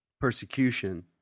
persecution